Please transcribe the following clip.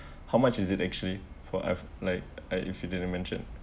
how much is it actually for us like if you didn't mention